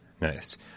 Nice